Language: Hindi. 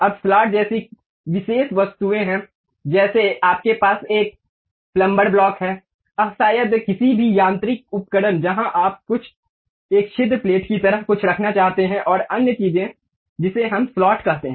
अब स्लॉट जैसी विशेष वस्तुएं हैं जैसे आपके पास एक प्लम्बर ब्लॉक है आह शायद किसी भी यांत्रिक उपकरण जहां आप कुछ एक छिद्र प्लेट की तरह कुछ रखना चाहते हैं और अन्य चीजें जिसे हम स्लॉट कहते हैं